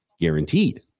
guaranteed